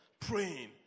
praying